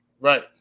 Right